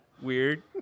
weird